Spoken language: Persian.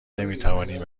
نمیتوانیم